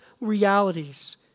realities